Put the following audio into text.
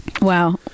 wow